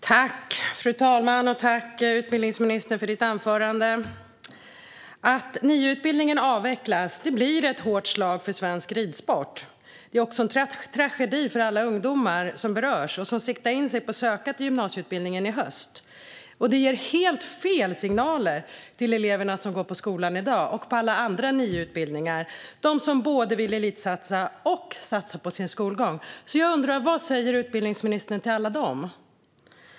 Fru talman! Tack, utbildningsministern, för ditt anförande! Att NIU-utbildningen avvecklas blir ett hårt slag för svensk ridsport. Det är också en tragedi för alla ungdomar som berörs och som siktat in sig på att söka till gymnasieutbildningen i höst. Det ger dessutom helt fel signaler till de elever som går på skolan i dag och till alla andra på NIU-utbildningar som både vill elitsatsa och satsa på sin skolgång. Jag undrar vad utbildningsministern säger till alla dem.